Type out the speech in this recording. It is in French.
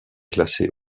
classé